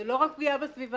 זו לא רק פגיעה בסביבה,